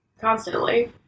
Constantly